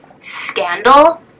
scandal